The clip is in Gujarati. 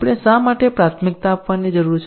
આપણે શા માટે પ્રાથમિકતા આપવાની જરૂર છે